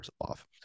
off